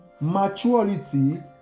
Maturity